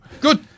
Good